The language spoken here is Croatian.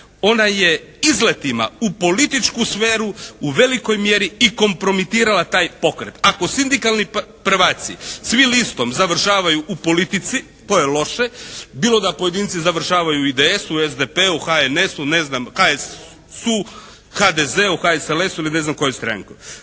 Ona je izletima u političku sferu u velikoj mjeri i kompromitirala taj pokret. Ako sindikalni prvaci, svi listom završavaju u politici to je loše. Bilo da pojedinci završavaju u IDS-u, SDP-u, HNS-u, ne znam HSU, HDZ-u, HSLS-u ili ne znam kojoj stranci.